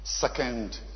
second